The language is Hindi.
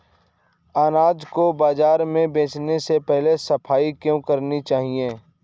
अनाज को बाजार में बेचने से पहले सफाई क्यो करानी चाहिए?